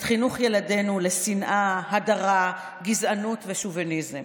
את חינוך ילדינו לשנאה, הדרה, גזענות ושוביניזם.